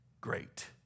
great